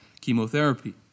chemotherapy